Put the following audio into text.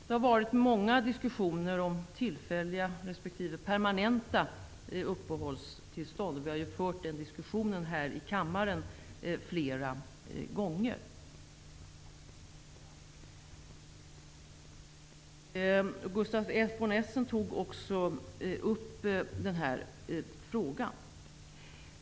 Det har varit många diskussioner om tillfälliga respektive permanenta uppehållstillstånd. Vi har ju fört den diskussionen här i kammaren flera gånger. Gustaf von Essen tog också upp den här frågan.